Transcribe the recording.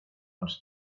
und